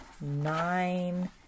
nine